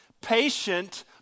Patient